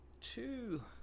two